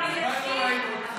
מזמן לא ראינו אותך.